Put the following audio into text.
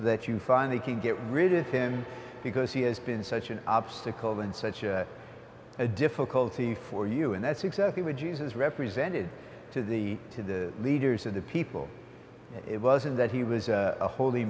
finally can get rid of him because he has been such an obstacle and such a difficulty for you and that's exactly what jesus represented to the to the leaders of the people it wasn't that he was a holy